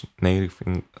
native